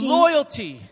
loyalty